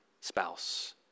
spouse